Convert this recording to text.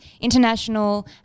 international